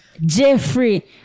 Jeffrey